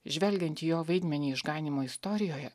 žvelgiant į jo vaidmenį išganymo istorijoje